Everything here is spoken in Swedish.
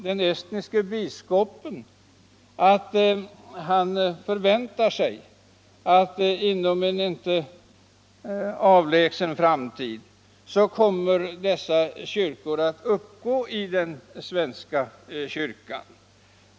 Den estniske biskopen antyder att han förväntar sig att dessa kyrkor inom en inte alltför avlägsen framtid kommer att uppgå i den svenska kyrkan.